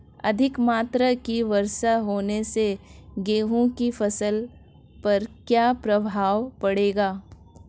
अधिक मात्रा की वर्षा होने से गेहूँ की फसल पर क्या प्रभाव पड़ेगा?